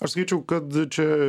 aš sakyčiau kad čia